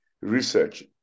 research